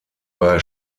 bei